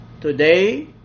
Today